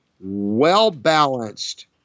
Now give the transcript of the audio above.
well-balanced